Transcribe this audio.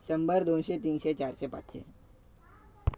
शंभर दोनशे तीनशे चारशे पाचशे